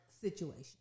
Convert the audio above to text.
situation